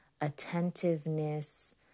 attentiveness